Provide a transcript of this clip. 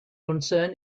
concern